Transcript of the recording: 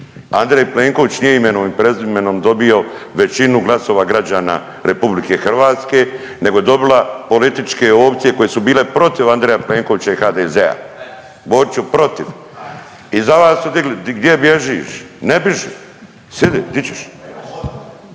Andrej Plenković nije imenom i prezimenom dobio većinu glasova građana Republike Hrvatske, nego je dobila političke opcije koje su bile protiv Andreja Plenkovića i HDZ-a. Boriću protiv. I za vas su digli. Gdje bježiš? Ne bježi! Sjedi! Di ćeš?